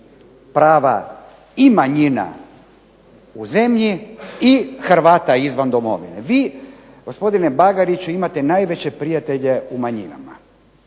prava i manjina u zemlji i Hrvata izvan domovine. Vi gospodine Bagariću imate najveće prijatelje u manjinama.